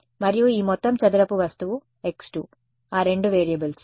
మరియు ఈ మొత్తం చదరపు వస్తువు x2 ఆ రెండు వేరియబుల్స్